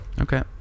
Okay